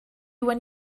when